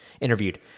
interviewed